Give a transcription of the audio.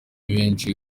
benshi